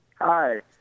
Hi